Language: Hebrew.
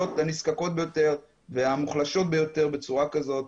הנזקקות ביותר והמוחלשות ביותר בצורה כזאת.